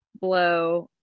Blow